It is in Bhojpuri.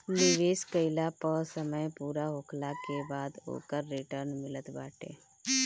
निवेश कईला पअ समय पूरा होखला के बाद ओकर रिटर्न मिलत बाटे